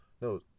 No